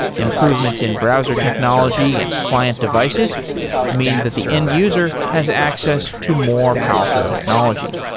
improvements in browser technology and client devices mean that the end user has access to more powerful technology.